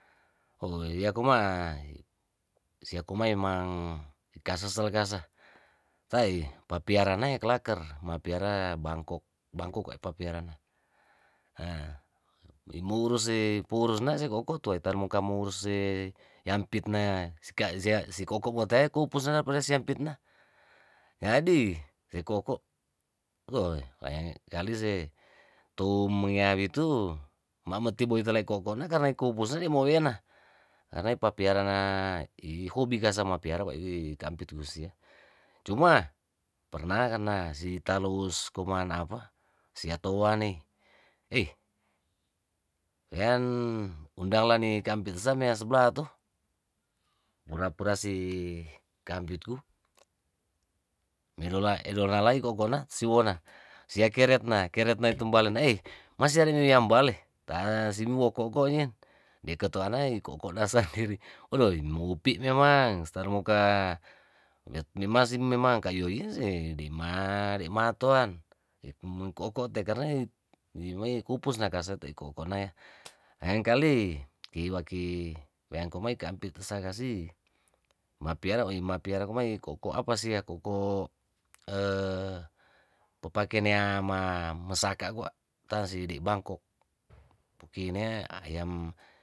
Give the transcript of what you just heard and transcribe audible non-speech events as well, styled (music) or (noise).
Oyakuma'a siakuma memang ikasal kase tei papiara nae kelaker mapiara bangkok, bangkok kwa papiarana haa nimourusna pourusna si kokot tuetan ni komuur se yampitna sika sea sikokot motaya koupusna si yampitna jadi ekoko' to ewae nalise tou mwnewaitu maibetu ni tele koko'na karna ibukus ne dia mowena karnae papiara na ihobi kasa mapapiarana kwa kampit wuisia cuma pernah karna si italo' us koman apa si italow sia towane (hesitation) wean undanglane kampitsa mea seblah to pura pura si kampitku merola elola nai ikokona si woona sia keretna keretna itumbale naei masa ada diambale tasimbokoko' nie diketuana di koko' da sandiri odoh imoupi memang star moka mema si memang kaiyo iyo si dima ri' matoan ipemengko'ko te karna wimai kupus nakase te iko konae weang komoi kaangpit sakasi paiara mapiara kamari koko' apasi ya koko' (hesitation) papakenea mesaka kwa tansi di' bangkok pukinie ayam.